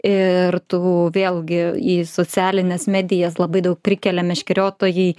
ir tų vėlgi į socialines medijas labai daug prikelia meškeriotojai